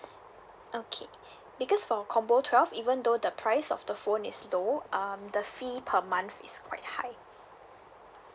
okay because for combo twelve even though the price of the phone is low um the fee per month is quite high